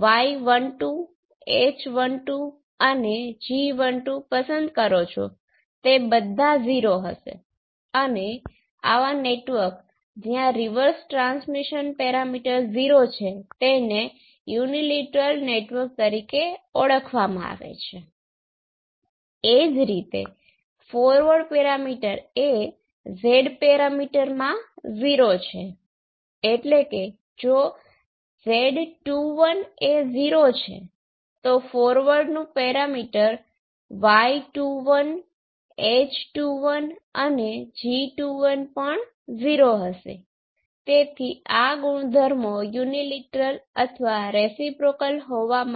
રીતે ટૂંકા હોય છે